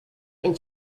and